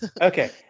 Okay